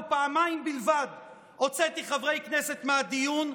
פעמיים בלבד הוצאתי חברי כנסת מהדיון,